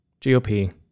GOP